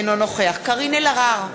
אינו נוכח קארין אלהרר,